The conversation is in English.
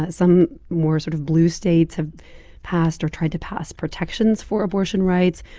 some more sort of blue states have passed or tried to pass protections for abortion rights,